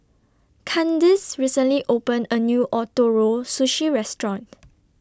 Kandice recently opened A New Ootoro Sushi Restaurant